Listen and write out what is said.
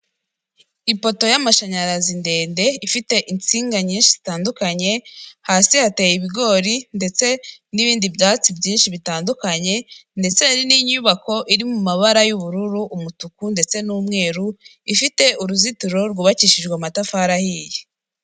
Ipoto y'amashanyarazi ndende, ifite insinga nyinshi zitandukanye, hasi hateye ibigori ndetse n'ibindi byatsi byinshi bitandukanye, ndetse hari n'inyubako iri mu mabara y'ubururu, umutuku, ndetse n'umweru, ifite uruzitiro rwubakishijwe amatafari ahiye.